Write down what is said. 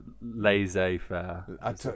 laissez-faire